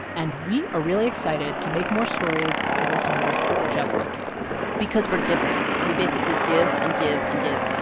and we are really excited to make more stories for listeners just like you because we're givers. we basically give and give and give.